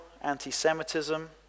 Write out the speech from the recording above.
anti-Semitism